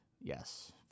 Yes